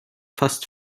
fast